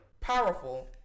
powerful